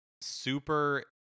super